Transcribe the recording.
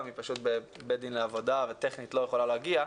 היא פשוט בבית דין לעבודה וטכנית לא יכולה להגיע.